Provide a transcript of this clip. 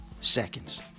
seconds